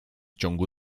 ciągu